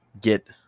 get